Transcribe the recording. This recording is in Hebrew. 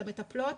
למטפלות